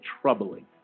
troubling